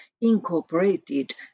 incorporated